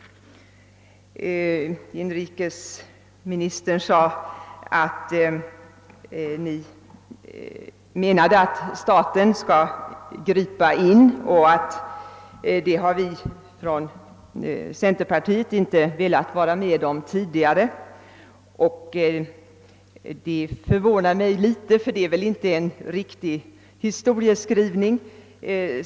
Inrikesministern sade att detta att staten skall ingripa är något som centerpartiet inte har velat vara med om ti digare. Det förvånar mig något, eftersom det inte är en riktig historieskrivning.